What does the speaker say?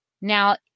Now